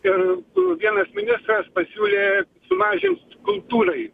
ir vienas ministras pasiūlė sumažint kultūrai